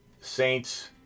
Saints